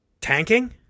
tanking